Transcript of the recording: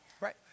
right